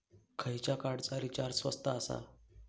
खयच्या कार्डचा रिचार्ज स्वस्त आसा?